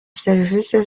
serivisi